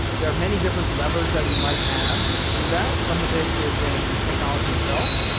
there are many different levers that we might have to do that, some of it is in technology itself.